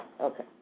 Okay